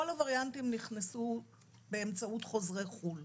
כל הווריאנטים נכנסו באמצעות חוזרי חו"ל.